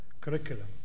curriculum